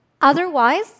Otherwise